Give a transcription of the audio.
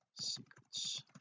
secrets